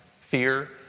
fear